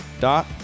dot